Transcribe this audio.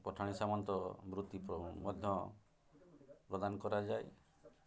ପଠାଣି ସାମନ୍ତ ବୃତ୍ତି ମଧ୍ୟ ପ୍ରଦାନ କରାଯାଏ